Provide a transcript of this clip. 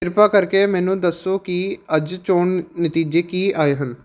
ਕਿਰਪਾ ਕਰਕੇ ਮੈਨੂੰ ਦੱਸੋ ਕਿ ਅੱਜ ਚੋਣ ਨਤੀਜੇ ਕੀ ਆਏ ਹਨ